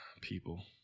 People